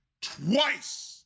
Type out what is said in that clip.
twice